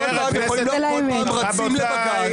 אתם כל פעם רצים לבג"ץ,